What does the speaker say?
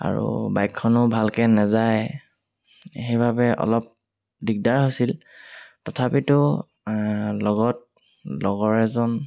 আৰু বাইকখনো ভালকৈ নেযায় সেইবাবে অলপ দিগদাৰ হৈছিল তথাপিতো লগত লগৰ এজন